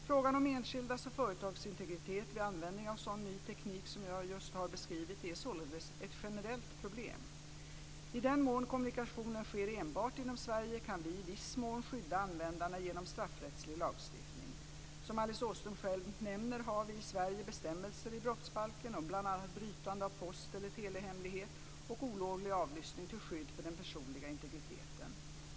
Frågan om enskildas och företags integritet vid användning av sådan ny teknik som jag just har beskrivit är således ett generellt problem. I den mån kommunikationen sker enbart inom Sverige kan vi i viss mån skydda användarna genom straffrättslig lagstiftning. Som Alice Åström själv nämner har vi i Sverige bestämmelser i brottsbalken om bl.a. brytande av post eller telehemlighet och olovlig avlyssning till skydd för den personliga integriteten.